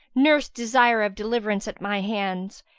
nurse desire of deliverance at my hands,